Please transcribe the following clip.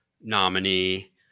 nominee